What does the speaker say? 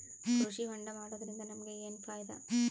ಕೃಷಿ ಹೋಂಡಾ ಮಾಡೋದ್ರಿಂದ ನಮಗ ಏನ್ ಫಾಯಿದಾ?